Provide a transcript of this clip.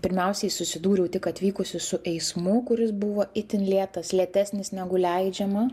pirmiausiai susidūriau tik atvykusi su eismu kuris buvo itin lėtas lėtesnis negu leidžiama